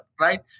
right